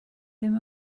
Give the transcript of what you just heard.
ddim